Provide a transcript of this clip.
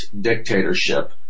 dictatorship